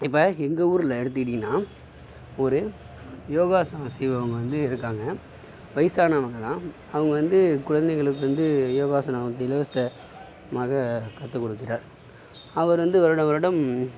இப்போ எங்கள் ஊரில் எடுத்துக்கிட்டிங்கன்னா ஒரு யோகாசனம் செய்யறவங்க வந்து இருக்காங்க வயசானவங்கதான் அவங்க வந்து குழந்தைகளுக்கு வந்து யோகாசனம் வந்து இலவச மக கற்றுக்குடுக்கிறார் அவர் வந்து வருட வருடம்